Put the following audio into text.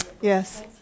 Yes